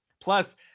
Plus